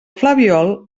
flabiol